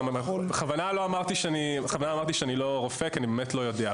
בכוונה אמרתי שאני לא רופא, כי אני באמת לא יודע.